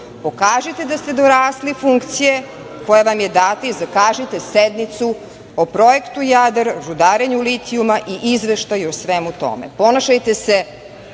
pokažite da ste dorasli funkcije koja vam je data i zakažite sednicu o projektu "Jadar", rudarenju litijuma i izveštaju o svemu tome. Ponašajte se